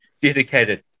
dedicated